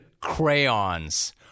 crayons